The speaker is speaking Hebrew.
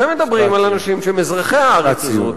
אתם מדברים על אנשים שהם אזרחי הארץ הזאת,